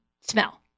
smell